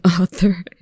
author